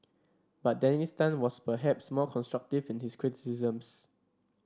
but Dennis Tan was perhaps more constructive in his criticisms